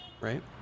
right